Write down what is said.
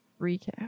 recap